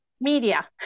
Media